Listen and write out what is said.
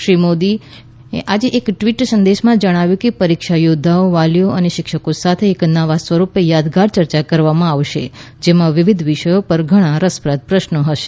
શ્રી મોદીએ આજે એક ટ્વિટમાં જણાવ્યું કે પરીક્ષા યોદ્વાઓ વાલીઓ અને શિક્ષકો સાથે એક નવા સ્વરૂપે યાદગાર ચર્ચા કરવામાં આવશે જેમાં વિવિધ વિષયો પર ઘણા રસપ્રદ પ્રશ્નો હશે